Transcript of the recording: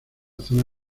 zona